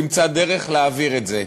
תמצא דרך להעביר את זה,